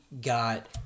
got